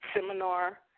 seminar